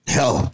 Hell